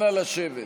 נא לשבת.